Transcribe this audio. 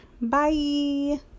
Bye